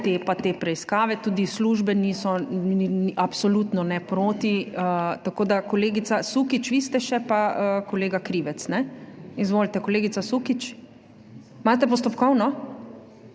te preiskave, tudi službe niso absolutno ne proti. Kolegica Sukič, vi ste še pa kolega Krivec. Izvolite, kolegica Sukič, imate postopkovno?